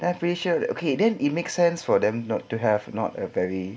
then felicia was like okay then it makes sense for them not to have not a very